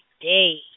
day